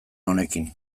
honekin